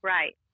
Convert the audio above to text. Right